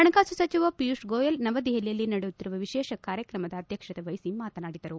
ಹಣಕಾಸು ಸಚಿವ ಪಿಯೂಷ್ ಗೋಯಲ್ ನವದೆಹಲಿಯಲ್ಲಿ ನಡೆಯುತ್ತಿರುವ ವಿಶೇಷ ಕಾರ್ಯಕ್ರಮದ ಅಧ್ಯಕ್ಷತೆ ವಹಿಸಿ ಮಾತನಾಡಿದರು